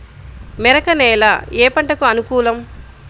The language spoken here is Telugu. మెరక నేల ఏ పంటకు అనుకూలం?